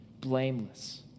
blameless